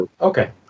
Okay